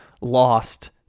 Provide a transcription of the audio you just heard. lost